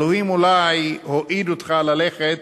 אלוהים אולי הועיד אותך ללכת